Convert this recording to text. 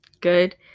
Good